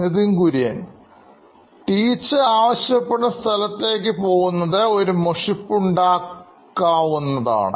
Nithin Kurian COO Knoin Electronics teacher ആവശ്യപ്പെടുന്ന സ്ഥലത്തേക്ക് പോകുന്നത് ഒരു മുഷിപ്പ്ഉണ്ടാക്കാവുന്നതാണ്